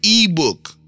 ebook